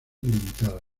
limitada